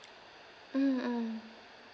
mm mm